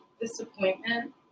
disappointment